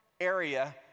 area